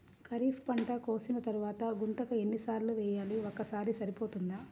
ఖరీఫ్ పంట కోసిన తరువాత గుంతక ఎన్ని సార్లు వేయాలి? ఒక్కసారి సరిపోతుందా?